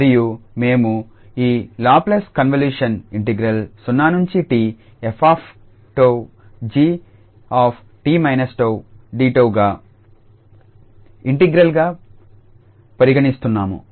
మరియు మేము ఈ లాప్లేస్ కన్వల్యూషన్ను 0t f𝜏𝑔𝑡−𝜏𝑑𝜏 గా ఇంటిగ్రల్ గా పరిగణిస్తున్నాము